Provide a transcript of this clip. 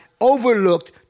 overlooked